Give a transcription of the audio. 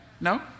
No